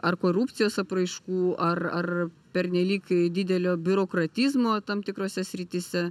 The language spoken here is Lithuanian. ar korupcijos apraiškų ar ar pernelyg didelio biurokratizmo tam tikrose srityse